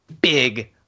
big